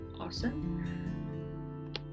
Awesome